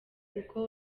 uko